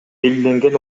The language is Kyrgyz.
белгиленген